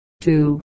Two